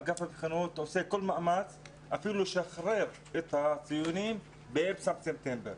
אגף הבחינות עושה כל מאמץ לשחרר את הציונים באמצע ספטמבר.